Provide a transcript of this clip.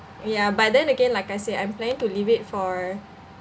ya but then again like I said I'm planning to leave it for